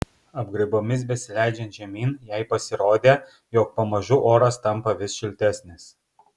apgraibomis besileidžiant žemyn jai pasirodė jog pamažu oras tampa vis šiltesnis